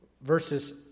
verses